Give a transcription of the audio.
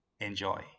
Enjoy